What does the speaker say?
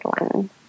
one